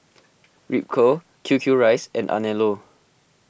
Ripcurl Q Q Rice and Anello